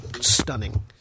stunning